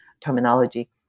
terminology